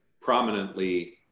prominently